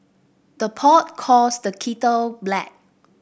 the pot calls the kettle black